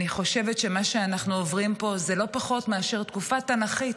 אני חושבת שמה שאנחנו עוברים פה זה לא פחות מאשר תקופה תנ"כית,